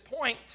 point